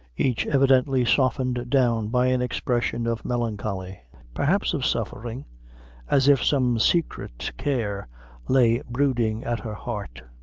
each evidently softened down by an expression of melancholy perhaps of suffering as if some secret care lay brooding at her heart.